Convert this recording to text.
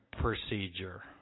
procedure